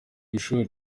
ishuri